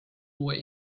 uue